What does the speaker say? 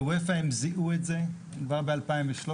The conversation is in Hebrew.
באופ"א הם זיהו את זה כבר ב-2013.